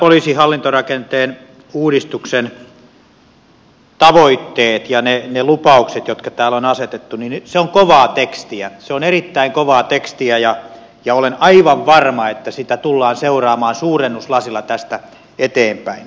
poliisin hallintorakenteen uudistuksen tavoitteet ja ne lupaukset jotka täällä on asetettu on kovaa tekstiä se on erittäin kovaa tekstiä ja olen aivan varma että sitä tullaan seuraamaan suurennuslasilla tästä eteenpäin